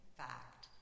fact